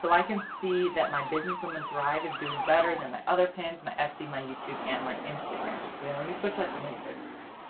so i can see that my business woman thrive is doing better than other pins, my etsy my youtube, and my instagram. yeah let me switch that to link clicks